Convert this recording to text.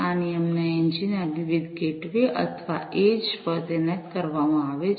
આ નિયમના એન્જિન આ વિવિધ ગેટવે અથવા એડજીસ પર તૈનાત કરવામાં આવે છે